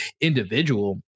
individual